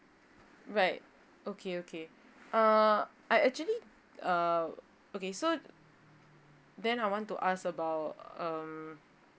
right okay okay uh I actually uh okay so um then I want to ask about um